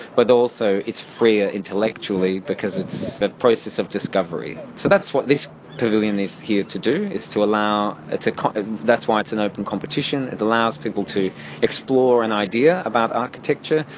but also its freeer intellectually because it's a process of discovery. so that's what this pavilion is here to do, is to allow it, that's why it's an open competition, it allows people to explore an idea about architecture,